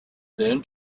then